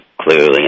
clearly